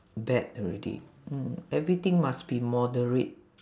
bad already mm everything must be moderate